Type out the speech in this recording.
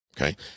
okay